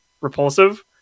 repulsive